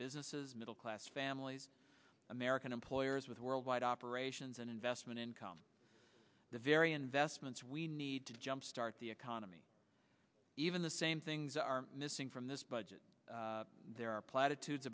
businesses middle class families american employers with world wide operations and investment income the very investments we need to jumpstart the economy even the same things are missing from this budget there are platitudes